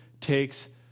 takes